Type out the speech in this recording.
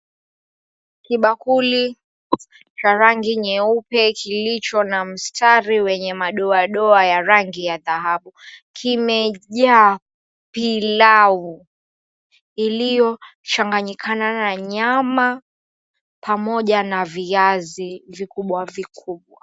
Kibakuli cha rangi nyeupe kilicho na mstari wenye madoadoa ya rangi ya dhahabu. Kimejaa pilau, iliyochanganyikana na nyama, pamoja na viazi vikubwa vikubwa.